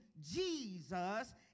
Jesus